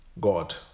God